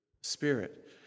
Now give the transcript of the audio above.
Spirit